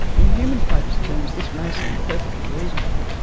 in human-focused terms, this may seem perfectly reasonable.